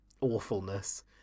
awfulness